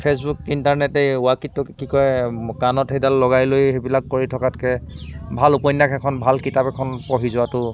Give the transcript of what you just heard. Facebook ইণ্টাৰনেটে ৱাক এইটো কি কয় কাণত সেইডাল লগাই লৈ সেইবিলাক কৰি থকাতকৈ ভাল উপন্যাস এখন ভাল কিতাপ এখন পঢ়ি যোৱাটো